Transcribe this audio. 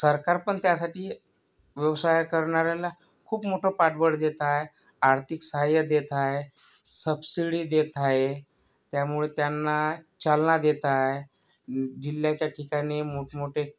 सरकार पण त्यासाठी व्यवसाय करणाऱ्यांना खूप मोठं पाठबळ देत आहे आर्थिक सहाय्य देत आहे सब्सिडी देत आहे त्यामुळे त्यांना चालना देत आहे जिल्ह्याच्या ठिकाणी मोठमोठे